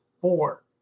four